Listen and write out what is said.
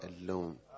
alone